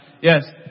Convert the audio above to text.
Yes